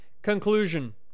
Conclusion